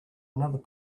another